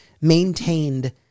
maintained